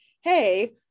Hey